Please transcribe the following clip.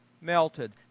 melted